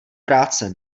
práce